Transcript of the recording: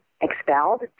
expelled